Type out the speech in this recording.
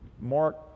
Mark